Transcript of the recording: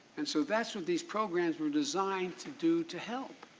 and so that's what these programs were designed to do to help.